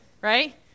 Right